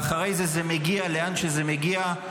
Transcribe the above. ואחרי זה זה מגיע לאן שזה מגיע,